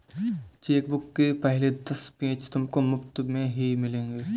chequebook के पहले दस पेज तुमको मुफ़्त में ही मिलेंगे